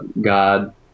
God